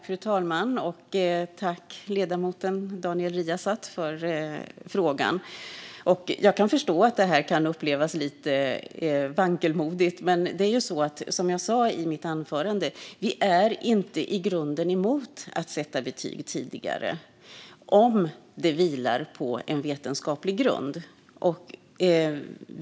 Fru talman! Jag tackar ledamoten Daniel Riazat för frågan. Jag förstår att detta kan upplevas lite vankelmodigt. Men som jag sa i mitt anförande är vi i grunden inte emot att sätta betyg tidigare - om det vilar på en vetenskaplig grund.